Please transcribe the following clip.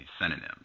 synonyms